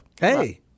Hey